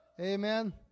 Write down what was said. Amen